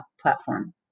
platform